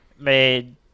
made